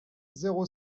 zéro